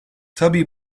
tabii